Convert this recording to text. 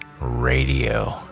Radio